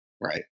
right